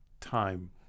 time